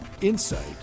insight